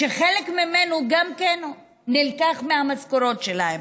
שחלק ממנו נלקח מהמשכורות שלהם.